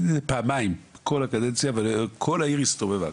פעמיים בכל הקדנציה וכל העיר הסתובבה.